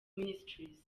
ministries